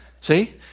See